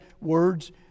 words